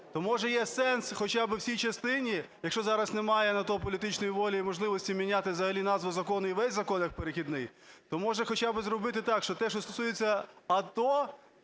То, може, є сенс хоча би в цій частині, якщо зараз немає на то політичної волі і можливості міняти взагалі назву закону і весь закон як перехідний, то, може, хоча би зробити так, що те, що стосується АТО,